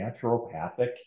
naturopathic